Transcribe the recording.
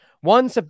one